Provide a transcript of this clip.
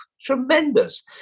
tremendous